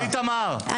אני